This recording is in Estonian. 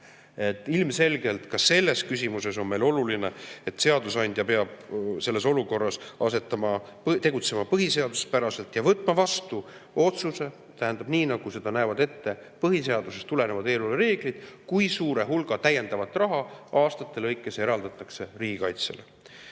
Ilmselgelt ka selles küsimuses on meile oluline, et seadusandja peab selles olukorras tegutsema põhiseaduspäraselt ja võtma vastu otsuse, nii nagu seda näevad ette põhiseadusest tulenevad eelarvereeglid, kui suur hulk täiendavat raha aastate lõikes eraldatakse riigikaitsele.